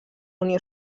unió